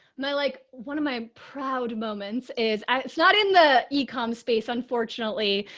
my, like one of my proud moments is i, it's not in the yeah e-com space, unfortunately.